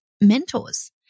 mentors